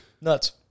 Nuts